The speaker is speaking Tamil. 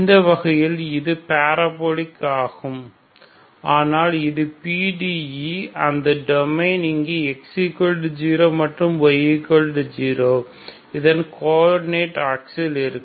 இந்த வகையில் இது பரபோலிக் ஆகும் ஆனால் இது PDE அந்த டொமைன் இங்கே x0 மற்றும் y0 இது கோஆர்டினேட் ஆக்சிஸ் இருக்கும்